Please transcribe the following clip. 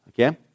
Okay